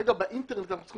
כרגע באינטרנט אנחנו צריכים